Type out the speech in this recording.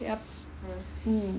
yup mm